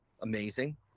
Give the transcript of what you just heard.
Amazing